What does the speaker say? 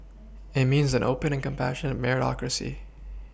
and means an open and compassion Meritocracy